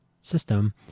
system